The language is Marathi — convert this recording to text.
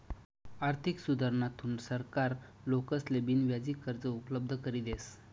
आर्थिक सुधारणाथून सरकार लोकेसले बिनव्याजी कर्ज उपलब्ध करी देस